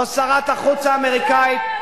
לא שרת החוץ האמריקנית,